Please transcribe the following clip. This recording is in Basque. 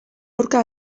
aurka